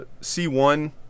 C1